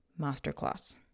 masterclass